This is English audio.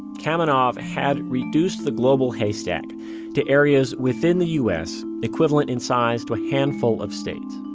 kamenov had reduced the global haystack to areas within the u s. equivalent in size to a handful of states